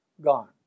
gone